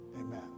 Amen